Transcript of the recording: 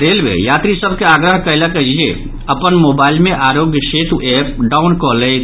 railway यात्रीसभ के आग्रह कयलक अछि जे अपन मोबाइल मे आरोग्य सेतु ऐप डाउन कऽ लैथि